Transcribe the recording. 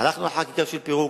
הלכנו לחקיקה של פירוק,